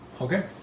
Okay